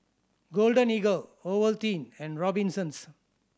Golden Eagle Ovaltine and Robinsons